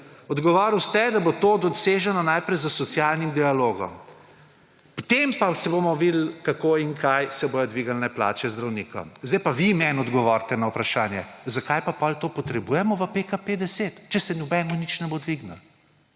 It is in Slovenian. odgovorili ste, da bo to doseženo najprej s socialnim dialogom, potem pa bomo videli, kako in kaj se bodo dvignile plače zdravnikom. Zdaj pa vi meni odgovorite na vprašanje: zakaj pa potem to potrebujemo v PKP10, če se nobenemu nič ne bo dvignilo?